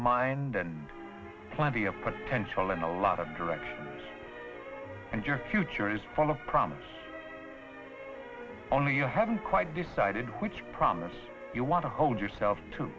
mind and plenty of potential in a lot of direction and your future is full of promise only you haven't quite decided which promise you want to hold yourself to